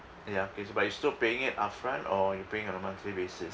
ya okay so but you're still paying it upfront or you're paying it on a monthly basis